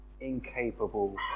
incapable